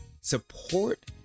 support